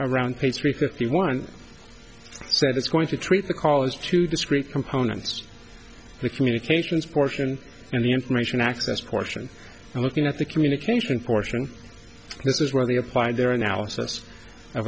around pastry fifty one so that's going to treat the callers to discrete components the communications portion and the information access portion and looking at the communication portion this is where they apply their analysis